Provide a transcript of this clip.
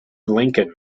lincoln